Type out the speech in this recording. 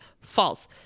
false